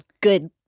good